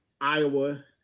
Iowa